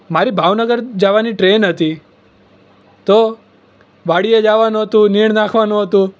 મારી ભાવનગર જાવાની ટ્રેન હતી તો વાડીએ જવાનું હતું નીણ નાખવાનું હતું